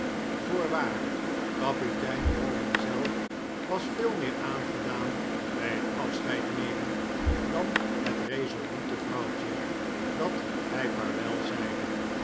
voorwaar kapitein rawdon zelf was veel meer aangedaan bij het afscheid nemen dan het resolute vrouwtje dat hij vaarwel zeide